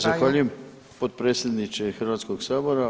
Zahvaljujem potpredsjedniče Hrvatskog sabora.